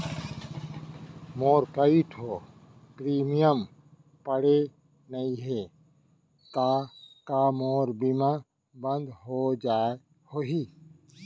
मोर कई ठो प्रीमियम पटे नई हे ता का मोर बीमा बंद हो गए होही?